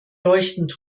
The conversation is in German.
leuchtend